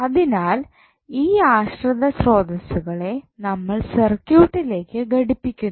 അതിനാൽ ഈ ആശ്രിത സ്രോതസ്സുകളെ നമ്മൾ സർക്യൂട്ടിലേക്ക് ഘടിപ്പിക്കുന്നു